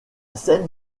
scène